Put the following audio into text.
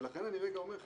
לכן אני אומר,